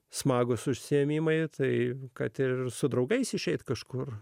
smagūs užsiėmimai tai kad ir su draugais išeiti kažkur